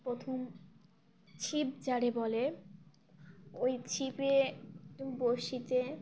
প্রথম ছিপ যারে বলে ওই ছিপে একটু বঁড়শিতে